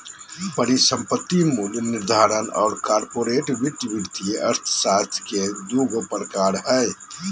परिसंपत्ति मूल्य निर्धारण और कॉर्पोरेट वित्त वित्तीय अर्थशास्त्र के दू गो प्रकार हइ